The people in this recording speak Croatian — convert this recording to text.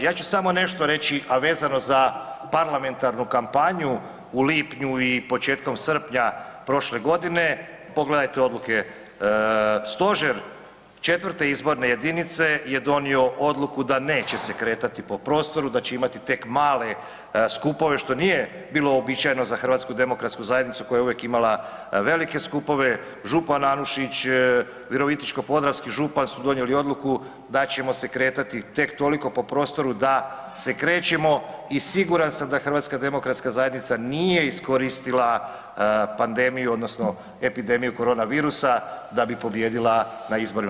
Ja ću samo nešto reći a vezano za parlamentarnu kampanju u lipnju i u početkom srpnja prošle godine. pogledajte odluke, stožer IV. izborne jedinice je donio odluku da neće se kretati po prostoru, da će imati tek male skupove što nije bilo uobičajeno za HDZ koja je uvijek imala velike skupove, župan Anušić, virovitičko-podravski župan su donijeli odluku da ćemo se kretati tek toliko po prostoru da se krećemo i siguran sam da HDZ nije iskoristila pandemiju odnosno epidemiju korona virusa da bi pobijedila na izborima.